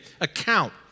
account